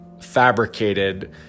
fabricated